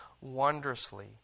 wondrously